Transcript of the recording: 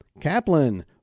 Kaplan